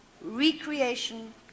recreation